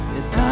Yes